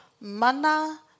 Mana